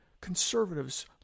conservatives